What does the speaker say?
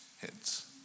heads